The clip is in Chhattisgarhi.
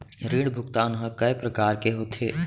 ऋण भुगतान ह कय प्रकार के होथे?